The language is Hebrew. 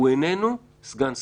הוא איננו סגן שר.